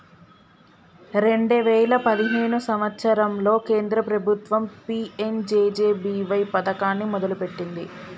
రెండే వేయిల పదిహేను సంవత్సరంలో కేంద్ర ప్రభుత్వం పీ.యం.జే.జే.బీ.వై పథకాన్ని మొదలుపెట్టింది